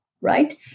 right